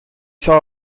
saa